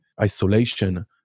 isolation